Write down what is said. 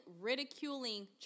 ridiculing